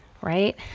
right